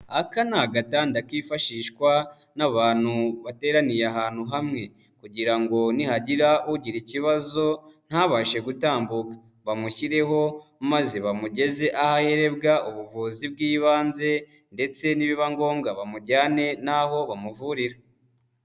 Aka ni agatanda kifashishwa n'abantu bateraniye ahantu hamwe kugira ngo nihagira ugira ikibazo ntabashe gutambuka, bamushyireho maze bamugeze aho ahererebwa ubuvuzi bw'ibanze ndetse ni biba ngombwa bamujyane n'aho bamuvurira.